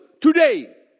today